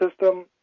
system